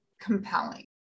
compelling